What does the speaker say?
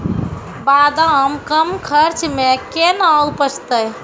बादाम कम खर्च मे कैना उपजते?